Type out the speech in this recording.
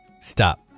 stop